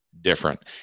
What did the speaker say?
different